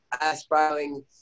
aspiring